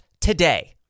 today